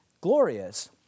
glorious